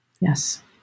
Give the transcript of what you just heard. Yes